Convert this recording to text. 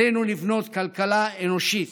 עלינו לבנות כלכלה אנושית,